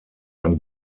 ein